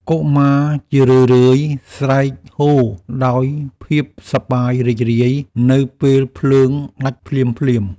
កុមារជារឿយៗស្រែកហ៊ោដោយភាពសប្បាយរីករាយ នៅពេលភ្លើងដាច់ភ្លាមៗ។